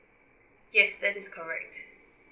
yes that is correct